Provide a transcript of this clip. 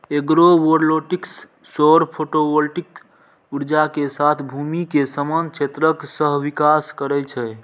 agrovoltaics सौर photovoltaic ऊर्जा के साथ भूमि के समान क्षेत्रक सहविकास करै छै